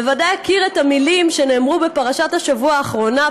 בוודאי הכיר את המילים שנאמרו בפרשת השבוע האחרונה,